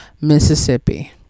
Mississippi